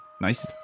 Nice